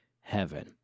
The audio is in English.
heaven